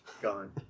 Gone